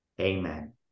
Amen